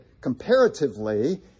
comparatively